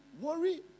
worry